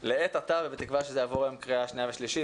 לעת עתה ובתקווה שזה יעבור היום בקריאה שנייה ושלישית,